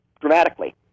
dramatically